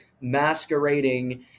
masquerading